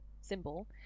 symbol